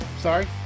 sorry